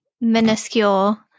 minuscule